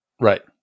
Right